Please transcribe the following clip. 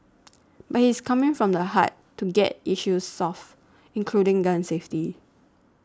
but he's coming from the heart to get issues solved including gun safety